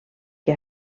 que